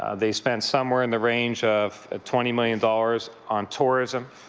ah they spent somewhere in the range of twenty million dollars on tourism.